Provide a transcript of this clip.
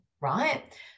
right